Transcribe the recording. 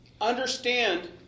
understand